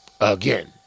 again